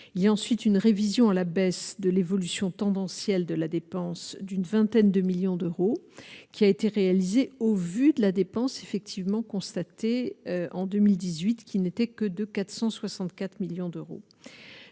il y a ensuite une révision à la baisse de l'évolution tendancielle de la dépense d'une vingtaine de millions d'euros, qui a été réalisé au vu de la dépense effectivement constaté en 2018 qu'qui n'étaient que de 464 millions d'euros,